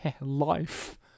life